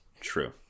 True